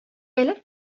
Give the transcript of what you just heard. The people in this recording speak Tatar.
әле